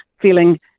feeling